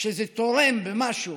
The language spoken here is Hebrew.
שזה תורם במשהו